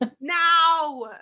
Now